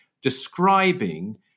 describing